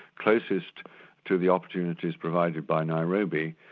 closest to the opportunities provided by nairobi.